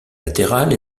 latérales